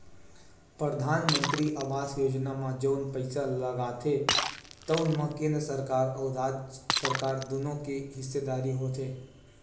परधानमंतरी आवास योजना म जउन पइसा लागथे तउन म केंद्र सरकार अउ राज सरकार दुनो के हिस्सेदारी होथे